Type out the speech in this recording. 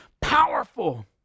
powerful